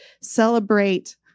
celebrate